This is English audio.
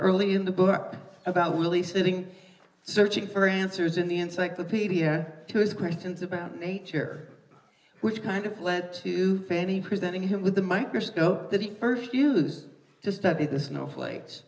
early in the book about willy sitting searching for answers in the encyclopedia to his questions about nature which kind of led to fanny presenting him with the microscope that he first uses just copy the snowflakes